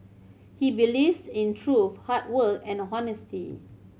he believes in truth hard work and honesty